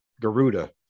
Garuda